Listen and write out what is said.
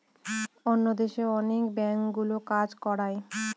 অন্য দেশে অনেক ব্যাঙ্কগুলো কাজ করায়